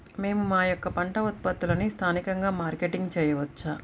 మేము మా యొక్క పంట ఉత్పత్తులని స్థానికంగా మార్కెటింగ్ చేయవచ్చా?